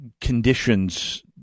conditions